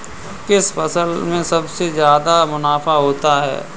किस फसल में सबसे जादा मुनाफा होता है?